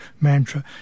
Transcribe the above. mantra